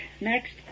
next